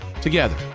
Together